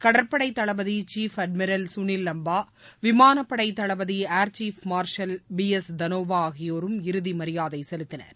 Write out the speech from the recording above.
கடற்படை தளபதி chief admiral Sunil Lanba விமானப்படை தளபதி air chief marshal B S Dhanoa ஆகியோரும் இறுதி மரியாதை செலுத்தினர்